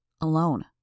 Alone